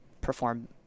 perform